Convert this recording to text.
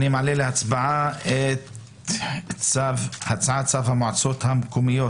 אני מעלה להצבעה את הצעת צו המועצות המקומיות